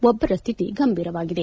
ಒಬ್ಬರ ಸ್ಥಿತಿ ಗಂಭೀರವಾಗಿದೆ